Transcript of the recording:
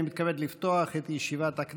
ירושלים,